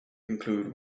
include